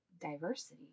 diversity